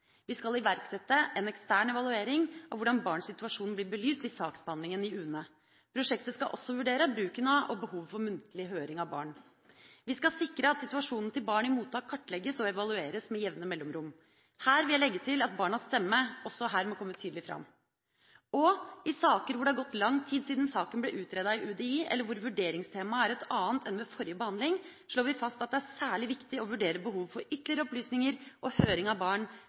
Vi skal iverksette en ekstern evaluering av hvordan barns situasjon blir belyst i saksbehandlinga i UNE. Prosjektet skal også vurdere bruken av og behovet for muntlig høring av barn. Vi skal sikre at situasjonen til barn i mottak kartlegges og evalueres med jevne mellomrom. Her vil jeg legge til at barnas stemme også her må komme tydelig fram. Og: I saker hvor det har gått lang tid siden saken ble utredet i UDI eller hvor vurderingstemaet er et annet enn ved forrige behandling, slår vi fast at det er særlig viktig å vurdere behovet for ytterligere opplysninger og høring av barn,